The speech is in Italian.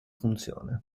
funzione